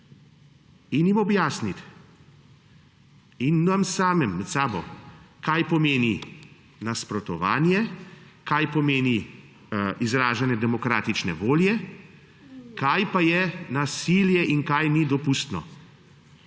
in jim objasniti in nam samim, med sabo, kaj pomeni nasprotovanje, kaj pomeni izražanje demokratične volje, kaj pa je nasilje in kaj ni dopustno.